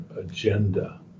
agenda